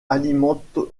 alimente